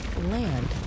land